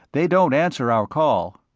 they don't answer our call.